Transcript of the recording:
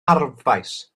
arfbais